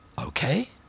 Okay